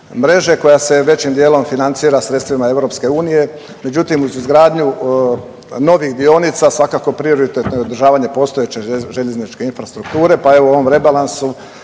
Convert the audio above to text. koja se većim dijelom financira sredstvima EU. Međutim uz izgradnju novih dionica svakako prioritetno je i održavanje postojeće željezničke infrastrukture pa evo u ovom rebalansu